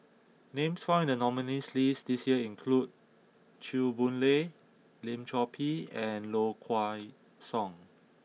names found in the nominees' list this year include Chew Boon Lay Lim Chor Pee and Low Kway Song